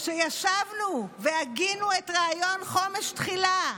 כשישבנו והגינו את רעיון חומש תחילה,